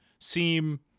seem